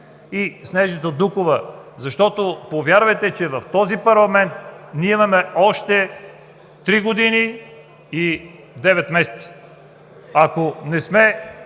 и Снежана Дукова, защото повярвайте, че в този парламент ние имаме още три години и девет месеца. Ако не сме